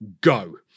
go